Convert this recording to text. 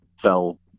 fell